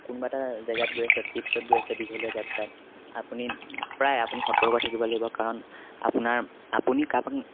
কোনোবা এটা জেগাত গৈ আছে ট্ৰিপছত গৈ আছে দীঘলীয়া যাত্ৰা আপুনি প্ৰায় আপুনি সতৰ্ক থাকিব লাগিব কাৰণ আপোনাৰ আপুনি কাৰোবাক